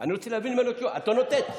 אני רוצה להבין ממנו ואת לא נותנת.